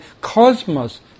cosmos